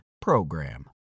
PROGRAM